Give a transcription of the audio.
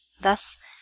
Thus